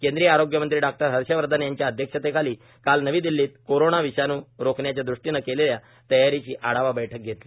केंद्रीय आरोग्यमंत्री डॉक्टर हर्षवर्धन यांच्या अध्यक्षतेखाली काल नवी दिल्लीत कोरोना विषाणू रोखण्याच्या ृष्टीनं केलेल्या तयारीची आढावा बैठक घेतली